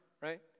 right